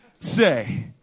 say